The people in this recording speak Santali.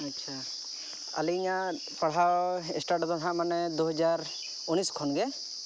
ᱟᱪᱪᱷᱟ ᱟᱞᱤᱧᱟᱜ ᱯᱟᱲᱦᱟᱣ ᱤᱥᱴᱟᱨᱴ ᱫᱚ ᱱᱟᱦᱟᱜ ᱢᱟᱱᱮ ᱫᱩ ᱦᱟᱡᱟᱨ ᱩᱱᱤᱥ ᱠᱷᱚᱱᱜᱮ